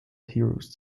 heroes